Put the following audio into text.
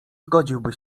zgodziłby